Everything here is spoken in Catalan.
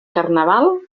carnaval